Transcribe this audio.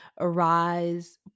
Arise